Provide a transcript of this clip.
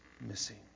missing